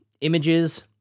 images